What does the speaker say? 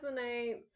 resonates